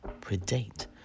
predate